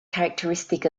characteristic